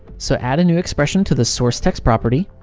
so add a new expression to the source text property,